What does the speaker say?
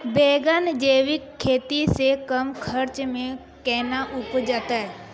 बैंगन जैविक खेती से कम खर्च मे कैना उपजते?